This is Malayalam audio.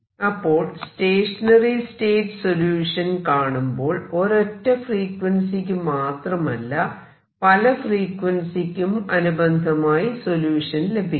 അപ്പോൾ സ്റ്റേഷനറി സ്റ്റേറ്റ് സൊല്യൂഷൻ കാണുമ്പോൾ ഒരൊറ്റ ഫ്രീക്വൻസിക്ക് മാത്രമല്ല പല ഫ്രീക്വൻസിയ്ക്കും അനുബന്ധമായി സൊല്യൂഷൻ ലഭിക്കും